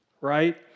right